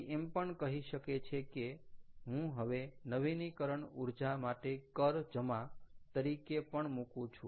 કોઈ એમ પણ કહી શકે છે કે હું હવે નવીનીકરણ ઊર્જા માટે કર જમા તરીકે પણ મૂકું છું